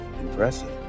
Impressive